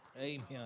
Amen